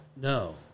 No